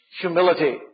humility